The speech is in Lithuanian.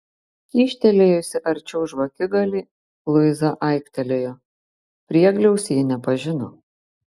kyštelėjusi arčiau žvakigalį luiza aiktelėjo priegliaus ji nepažino